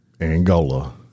Angola